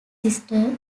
sister